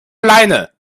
alleine